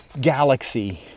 galaxy